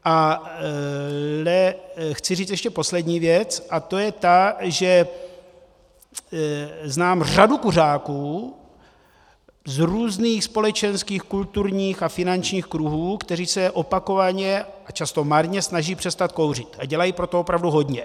Ale chci říct ještě poslední věc a to je ta, že znám řadu kuřáků z různých společenských, kulturních a finančních kruhů, kteří se opakovaně a často marně snaží přestat kouřit a dělají pro to opravdu hodně.